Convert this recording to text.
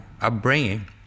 upbringing